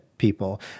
people